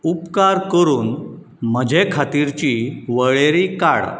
उपकार करून म्हजे खातीरची वळेरी काड